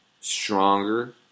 stronger